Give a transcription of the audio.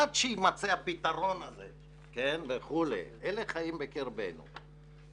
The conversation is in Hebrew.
עד שיימצא הפתרון הזה, אלה חיים בקרבנו .